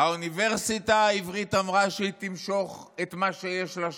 האוניברסיטה העברית אמרה שהיא תמשוך את מה שיש לה שם,